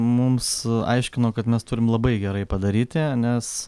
mums aiškino kad mes turim labai gerai padaryti nes